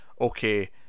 okay